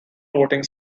voting